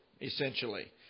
essentially